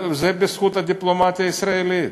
זה בזכות הדיפלומטיה הישראלית.